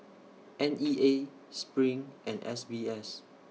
N E A SPRING and S B S